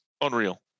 unreal